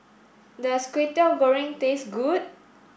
does Kway Teow Goreng taste good